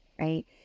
right